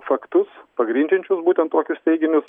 faktus pagrindžiančius būtent tokius teiginius